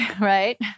right